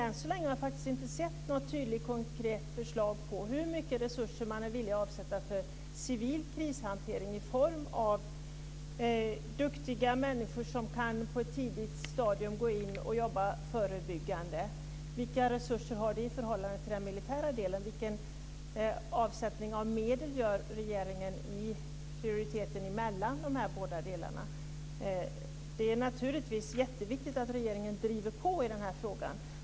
Än så länge har jag faktiskt inte sett något tydligt konkret förslag på hur mycket resurser som man är villig att avsätta för civil krishantering i form av duktiga människor som på ett tidigt stadium kan gå in och jobba förebyggande. Vilka resurser har den delen i förhållande till den militära delen? Vilken avsättning av medel gör regeringen i prioriteringen mellan de här båda delarna? Det är naturligtvis jätteviktigt att regeringen driver på i den här frågan.